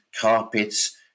carpets